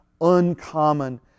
uncommon